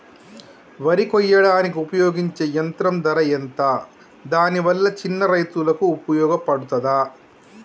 వరి కొయ్యడానికి ఉపయోగించే యంత్రం ధర ఎంత దాని వల్ల చిన్న రైతులకు ఉపయోగపడుతదా?